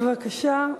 בבקשה.